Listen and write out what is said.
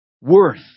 worth